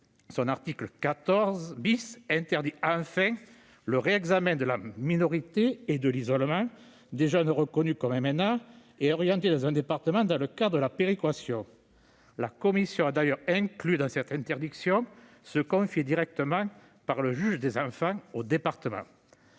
L'article 14 interdit enfin le réexamen de la minorité et de l'isolement des jeunes reconnus comme MNA et orientés dans un département dans le cadre de la péréquation. La commission a d'ailleurs prévu que cette interdiction concernerait également les jeunes confiés directement par le juge des enfants aux départements.